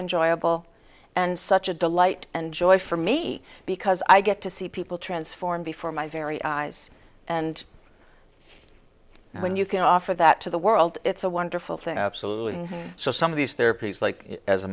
enjoyable and such a delight and joy for me because i get to see people transform before my very eyes and when you can offer that to the world it's a wonderful thing absolutely so some of these therapies like as a